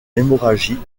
hémorragie